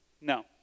No